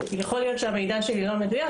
יכול להיות שהמידע שלי לא מדויק.